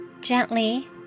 gently